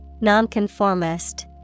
Nonconformist